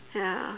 ya